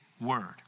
word